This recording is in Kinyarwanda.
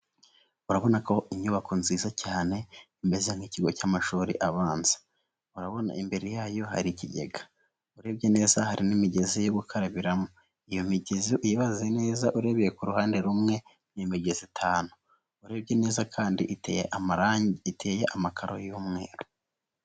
Urabona ko inyubako nziza cyane umeze nk'ikigo cy'amashuri abanza. Urabona imbere yayo hari ikigega urebye neza hari n'imigezi yo gukarabiramo. Iyo migezi uyibaze neza urebeye ku ruhande rumwe ni imigezi itanu urebye neza kandi iteye amarangi, iteye amakaro y'umweru.